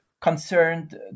concerned